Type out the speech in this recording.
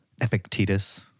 Epictetus